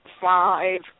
five